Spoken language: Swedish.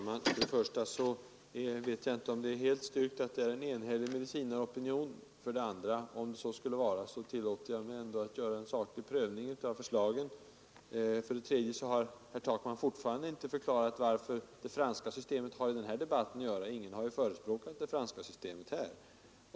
Herr talman! Jag vet inte om det är helt styrkt, att en enhällig medicinaropinion är emot betygsmeriteringen. Om så skulle vara, tillåter jag mig ändå att göra en saklig prövning av förslagen. Herr Takman har fortfarande inte förklarat vad det franska systemet har i den här debatten att göra. Ingen har ju förespråkat det franska systemet här.